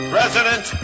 President